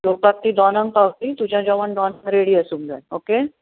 जेवपाक ती दोनांक पावतली तुजे जेवण दोनांक रेडी आसूंक जाय ओके